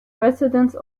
precedence